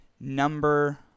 number